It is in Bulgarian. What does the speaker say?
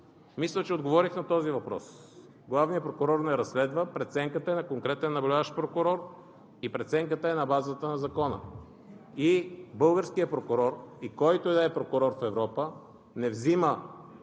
Мисля, че отговорих на този въпрос. Главният прокурор не разследва – преценката е на конкретен наблюдаващ прокурор и преценката е на базата на закона. Българският прокурор, който и да е прокурор в Европа не взема